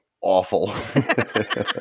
awful